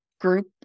group